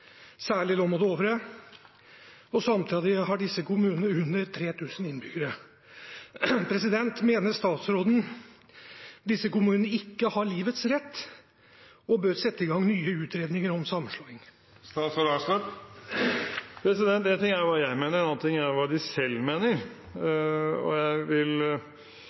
særlig Lom og Dovre. Samtidig har disse kommunene under 3 000 innbyggere. Mener statsråden disse kommunene ikke har livets rett og bør sette i gang nye utredninger om sammenslåing?» Én ting er hva jeg mener – en annen ting er hva de selv mener. Jeg vil